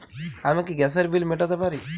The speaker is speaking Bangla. আমি কি গ্যাসের বিল মেটাতে পারি?